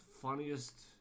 funniest